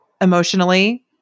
Emotionally